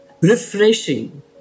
refreshing